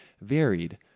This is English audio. varied